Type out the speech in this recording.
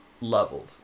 Leveled